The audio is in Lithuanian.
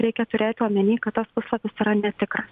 reikia turėti omeny kad tas puslapis yra netikras